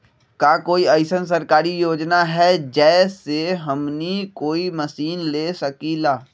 का कोई अइसन सरकारी योजना है जै से हमनी कोई मशीन ले सकीं ला?